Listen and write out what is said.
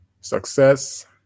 success